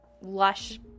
lush